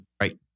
Right